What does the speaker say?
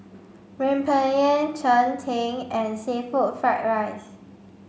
Rempeyek Cheng Tng and seafood fried rice